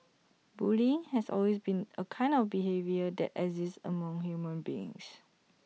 bullying has always been A kind of behaviour that exists among human beings